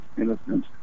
innocent